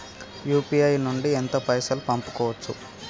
UPI నుండి ఎంత పైసల్ పంపుకోవచ్చు?